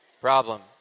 problem